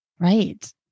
Right